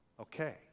okay